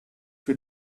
für